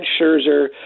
Scherzer